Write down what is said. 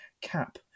cap